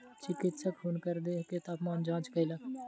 चिकित्सक हुनकर देह के तापमान जांच कयलक